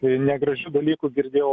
tai negražių dalykų girdėjau